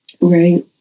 Right